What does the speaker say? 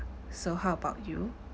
so how about you